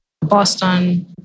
Boston